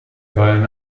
wollen